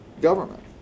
government